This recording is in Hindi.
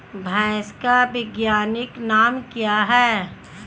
भैंस का वैज्ञानिक नाम क्या है?